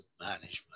management